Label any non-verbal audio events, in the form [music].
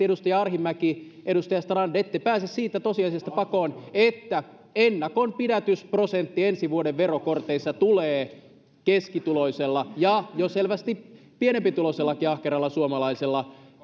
[unintelligible] edustaja arhinmäki edustaja strand ette pääse sitä tosiasiaa pakoon että valitettavasti ennakonpidätysprosentti ensi vuoden verokorteissa tulee keskituloisella ja jo selvästi pienempituloisellakin ahkeralla suomalaisella